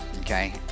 okay